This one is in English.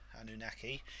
Anunnaki